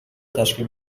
تشکیل